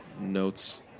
notes